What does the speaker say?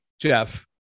jeff